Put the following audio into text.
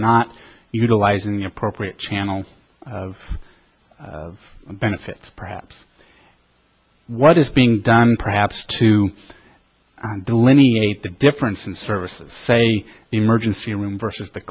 not utilizing the appropriate channels of benefits perhaps what is being done perhaps to delineate the difference in services say emergency room versus the